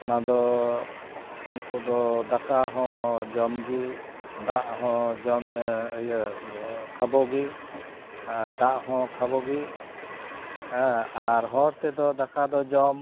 ᱚᱱᱟᱫᱚ ᱩᱝᱠᱚᱫᱚ ᱫᱟᱠᱟ ᱦᱚᱸ ᱡᱚᱢᱜᱮ ᱫᱟᱜᱦᱚᱸ ᱡᱚᱢ ᱤᱭᱟᱹ ᱠᱷᱟᱵᱚᱜᱮ ᱟᱨ ᱫᱟᱜᱦᱚᱸ ᱠᱷᱟᱵᱚᱜᱮ ᱟᱨ ᱦᱚᱲᱛᱮ ᱫᱚ ᱫᱟᱠᱟᱫᱚ ᱡᱚᱢ